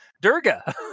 Durga